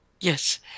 Yes